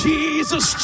Jesus